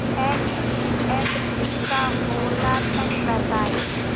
NBFC का होला तनि बताई?